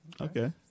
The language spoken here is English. okay